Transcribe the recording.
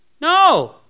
No